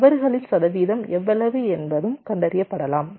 தவறுகளின் சதவீதம் எவ்வளவு என்பதும் கண்டறியப்படலாம்